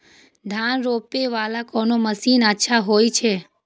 धान रोपे वाला कोन मशीन अच्छा होय छे?